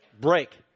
break